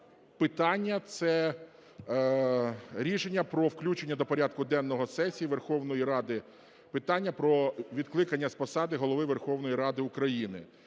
питання. Це рішення про включення до порядку денного сесії Верховної Ради питання про відкликання з посади Голови Верховної Ради України.